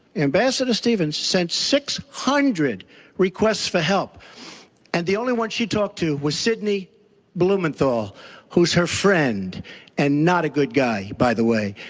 ambassador stevens sent six hundred requests for help and the only one she talked to was sidney blumenthal who's her friend and not a good guy, by the way.